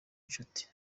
inshuti